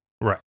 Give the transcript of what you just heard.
Right